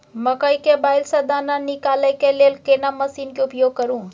मकई के बाईल स दाना निकालय के लेल केना मसीन के उपयोग करू?